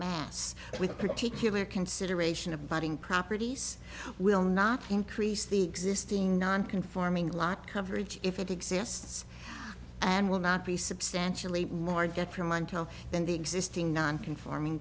mass with particular consideration of bonding properties will not increase the existing non conforming lot coverage if it exists and will not be substantially more detrimental than the existing non conforming